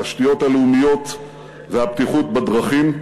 התשתיות הלאומיות והבטיחות בדרכים,